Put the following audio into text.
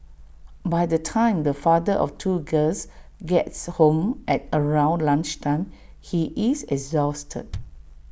by the time the father of two girls gets home at around lunch time he is exhausted